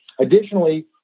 Additionally